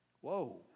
whoa